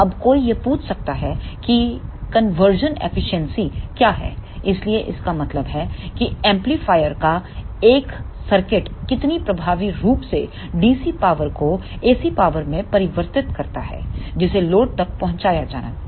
अब कोई यह पूछ सकता है कि कन्वर्शन एफिशिएंसी क्या है इसलिए इसका मतलब है कि एम्पलीफायर का एक सर्किट कितनी प्रभावी रूप से डीसी पावर को एसी पावर में परिवर्तित करता है जिसे लोड तक पहुंचाया जाना है